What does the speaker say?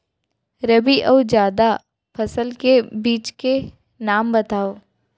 रबि अऊ जादा फसल के बीज के नाम बताव?